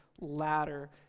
ladder